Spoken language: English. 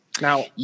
now